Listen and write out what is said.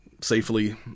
safely